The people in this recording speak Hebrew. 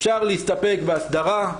אפשר להסתפק בהסדרה.